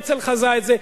הרצל חזה את זה,